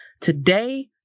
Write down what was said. today